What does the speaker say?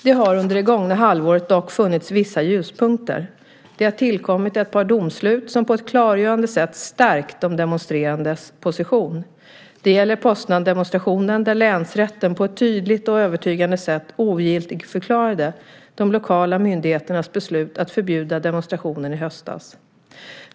Det har under det gångna halvåret dock funnits vissa ljuspunkter. Det har tillkommit ett par domslut som på ett klargörande sätt stärkt de demonstrerandes position. Det gäller Poznandemonstrationen där länsrätten på ett tydligt och övertygande sätt ogiltigförklarade de lokala myndigheternas beslut att förbjuda demonstrationen i höstas.